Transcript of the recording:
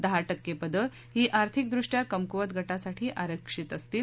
दहा टक्के पदं ही आर्थिकदृष्ट्या कमकुवत गटासाठी आरक्षित असतील